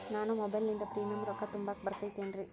ನಾನು ಮೊಬೈಲಿನಿಂದ್ ಪ್ರೇಮಿಯಂ ರೊಕ್ಕಾ ತುಂಬಾಕ್ ಬರತೈತೇನ್ರೇ?